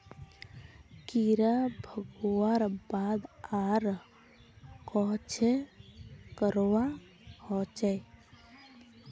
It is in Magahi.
कीड़ा भगवार बाद आर कोहचे करवा होचए?